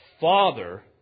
Father